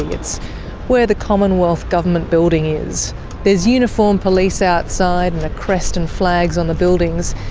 it's where the commonwealth government building is. there is uniformed police outside and the crest and flags on the buildings.